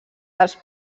dels